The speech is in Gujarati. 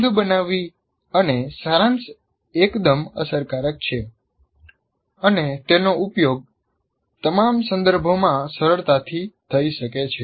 નોંધ બનાવવી અને સારાંશ એકદમ અસરકારક છે અને તેનો ઉપયોગ તમામ સંદર્ભોમાં સરળતાથી થઈ શકે છે